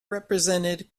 represented